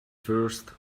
first